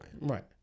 Right